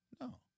No